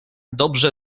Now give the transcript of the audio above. dobrze